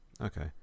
Okay